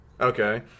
Okay